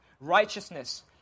righteousness